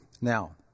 now